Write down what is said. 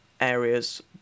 areas